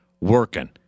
Working